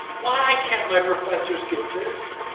why can't my professors get this?